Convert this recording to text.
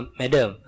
madam